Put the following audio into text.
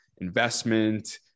investment